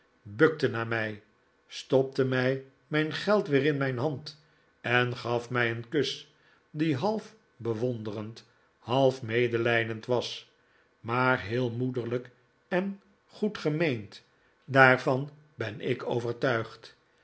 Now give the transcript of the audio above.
bukte naar mij stopte mij mijn geld weer in mijn hand en gaf mij een kus die half bewonderend half medelijdend was maar heel moederlijk en goedge'meend daarvan ben ik overtuigd